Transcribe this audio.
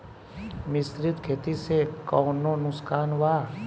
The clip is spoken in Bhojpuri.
मिश्रित खेती से कौनो नुकसान वा?